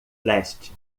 leste